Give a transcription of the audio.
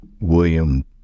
William